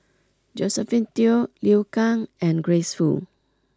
Josephine Teo Liu Kang and Grace Fu